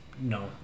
No